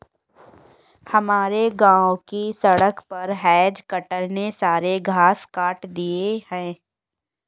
हमारे गांव की सड़क पर हेज कटर ने सारे घास काट दिए हैं